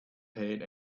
paid